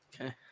Okay